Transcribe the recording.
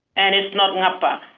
and it's not ngapa.